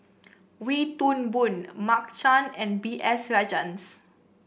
Wee Toon Boon Mark Chan and B S Rajhans